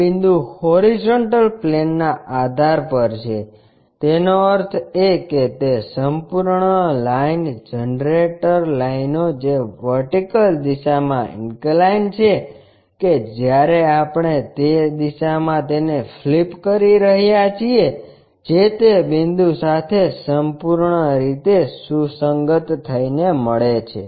આ બિંદુ હોરીઝોન્ટલ પ્લેનના આધાર પર છે તેનો અર્થ એ કે તે સંપૂર્ણ લાઇન જનરેટર લાઇનો જે વર્ટિકલ દિશામાં ઇન્કલાઇન્ડ છે કે જ્યારે આપણે તેને તે દિશામાં ફ્લિપ કરી રહ્યા છીએ જે તે બિંદુ સાથે સંપૂર્ણ રીતે સુસંગત થઇને મળે છે